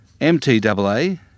MTAA